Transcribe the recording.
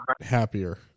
happier